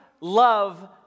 love